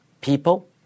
people